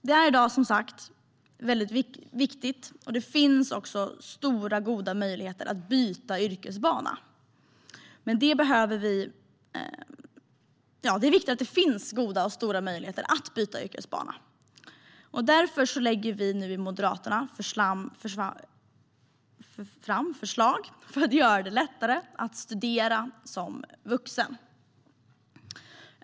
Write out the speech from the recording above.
Det är, som sagt, viktigt att det finns stora och goda möjligheter att byta yrkesbana. Därför lägger vi i Moderaterna nu fram förslag för att göra det lättare för vuxna att studera.